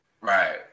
Right